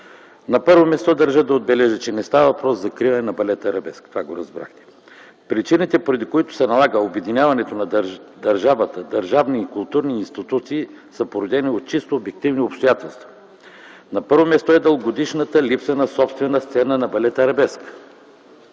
На първо място, държа да отбележа, че не става въпрос за закриване на балет „Арабеск”. Това го разбрахте. Причините, поради които се налага обединяването на държавни и културни институти, са породени от чисто обективни обстоятелства. На първо място е дългогодишната липса на собствена сцена на балет „Арабеск”.